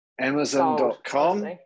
amazon.com